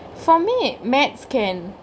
for me maths can